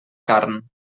carn